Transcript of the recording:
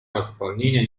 восполнения